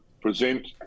present